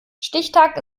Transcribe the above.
stichtag